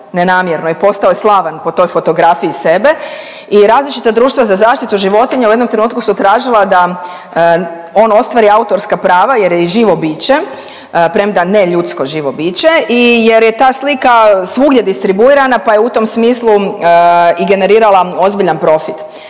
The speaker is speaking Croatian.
nenamjerno i postao je slavan po toj fotografiji sebe i različita društva za zaštitu životinja u jednom trenutku su tražila da on ostvari autorska prava jer je i živo biće, premda ne ljudsko živo biće. I jer je ta slika svugdje distribuirana, pa je u tom smislu i generirala ozbiljan profit.